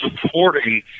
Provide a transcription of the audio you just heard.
supporting